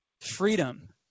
freedom